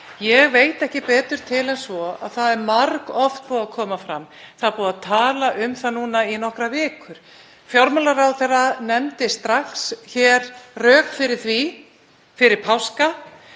Ég veit ekki betur en að það sé margoft búið að koma fram. Það er búið að tala um það núna í nokkrar vikur. Fjármálaráðherra nefndi strax rök fyrir því fyrir páska.